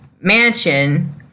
mansion